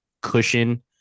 cushion